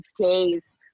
days